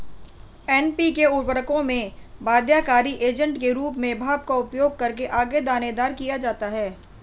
NPK उर्वरकों में बाध्यकारी एजेंट के रूप में भाप का उपयोग करके आगे दानेदार किया जाता है